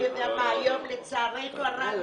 אני